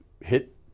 hit